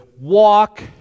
walk